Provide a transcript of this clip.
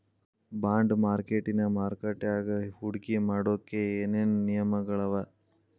Bond ಮಾರ್ಕೆಟಿನ್ ಮಾರ್ಕಟ್ಯಾಗ ಹೂಡ್ಕಿ ಮಾಡ್ಲೊಕ್ಕೆ ಏನೇನ್ ನಿಯಮಗಳವ?